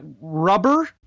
rubber